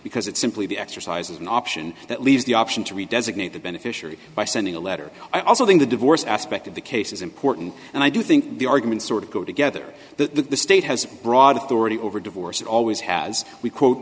because it's simply the exercise of an option that leaves the option to re designate the beneficiary by sending a letter i also think the divorce aspect of the case is important and i do think the arguments sort of go together the state has broad authority over divorce always has we quote